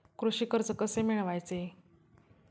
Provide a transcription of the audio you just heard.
कृषी कर्ज कसे मिळवायचे?